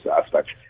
aspects